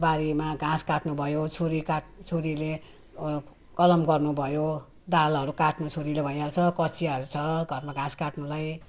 अब बारीमा घाँस काट्नु भयो छुरी काट छुरीले कलम गर्नु भयो दालहरू काट्नु छुरीले भइहाल्छ कँचियाहरू छ घरमा घाँस काट्नुलाई